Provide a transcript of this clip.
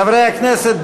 חברי הכנסת,